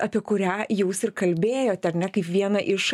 apie kurią jūs ir kalbėjot ar ne kaip vieną iš